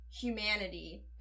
humanity